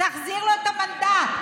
תחזיר לו את המנדט.